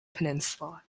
peninsula